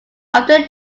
after